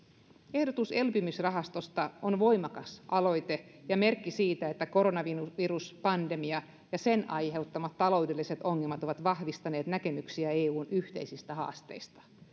ehdotus elpymisrahastosta on voimakas aloite ja merkki siitä että koronaviruspandemia ja sen aiheuttamat taloudelliset ongelmat ovat vahvistaneet näkemyksiä eun yhteisistä haasteista